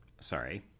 Sorry